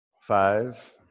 Five